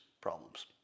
problems